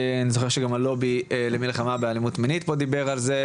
אני זוכר שהלובי למלחמה באלימות מינית פה דיבר על זה,